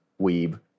weeb